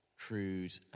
crude